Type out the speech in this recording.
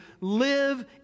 live